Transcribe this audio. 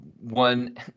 One